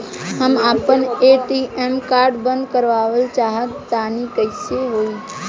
हम आपन ATM card बंद करावल चाह तनि कइसे होई?